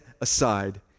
aside